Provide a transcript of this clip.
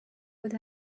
with